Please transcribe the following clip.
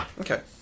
Okay